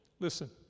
Listen